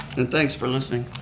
and thanks for listening.